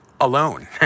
alone